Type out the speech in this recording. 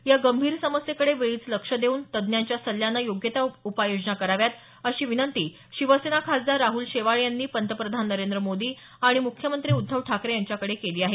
या गंभीर समस्येकडे वेळीच लक्ष देऊन तज्ज्ञांच्या सल्ल्याने योग्य त्या उपाययोजना कराव्यात अशी विनंती शिवसेना खासदार राहुल शेवाळे यांनी पंतप्रधान नरेंद्र मोदी आणि म्ख्यमंत्री उद्धव ठाकरे यांच्याकडे केली आहे